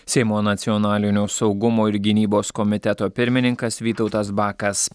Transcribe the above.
seimo nacionalinio saugumo ir gynybos komiteto pirmininkas vytautas bakas